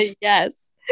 yes